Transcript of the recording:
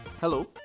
Hello